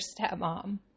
stepmom